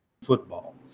football